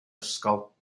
ysgol